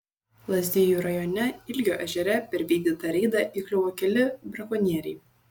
lazdijų rajone ilgio ežere per vykdytą reidą įkliuvo keli brakonieriai